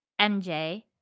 MJ